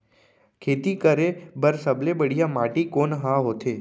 खेती करे बर सबले बढ़िया माटी कोन हा होथे?